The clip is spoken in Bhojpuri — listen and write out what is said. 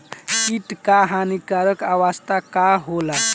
कीट क हानिकारक अवस्था का होला?